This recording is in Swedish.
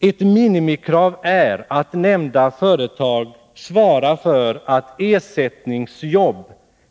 Ett minimikrav är att nämnda företag svarar för att ersättningsjobb